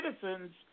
citizens